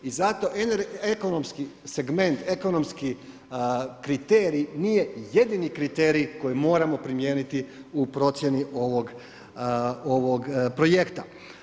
I zato ekonomski segment, ekonomski kriterij nije jedini kriterij koji moramo primijeniti u procjeni ovog projekta.